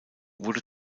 wurde